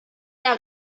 der